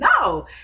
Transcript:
No